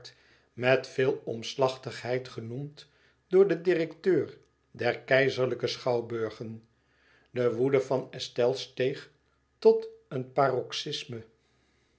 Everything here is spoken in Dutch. met veel omslachtigheid genoemd door den direkteur der keizerlijke schouwburgen de woede van estelle steeg tot een paroxysme